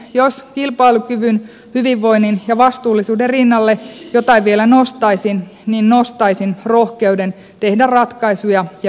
jos kilpailukyvyn hyvinvoinnin ja vastuullisuuden rinnalle jotain vielä nostaisin niin nostaisin rohkeuden tehdä ratkaisuja ja päätöksiä